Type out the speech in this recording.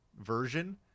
version